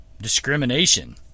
Discrimination